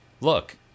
look